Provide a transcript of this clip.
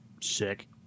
Sick